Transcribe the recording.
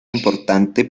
importante